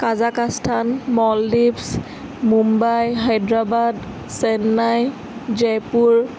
কাজাখাস্তান মলদ্বীপছ মুম্বাই হাইদৰাবাদ চেন্নাই জয়পুৰ